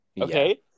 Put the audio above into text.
Okay